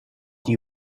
die